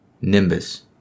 Nimbus